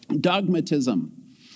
Dogmatism